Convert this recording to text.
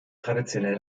traditionell